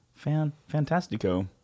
Fantastico